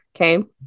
okay